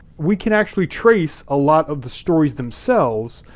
we can actually trace a lot of the stories themselves.